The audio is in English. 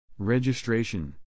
Registration